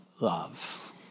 love